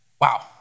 Wow